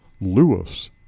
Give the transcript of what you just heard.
Lewis